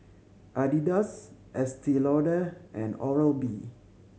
Adidas Estee Lauder and Oral B